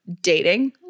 dating